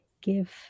give